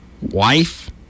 wife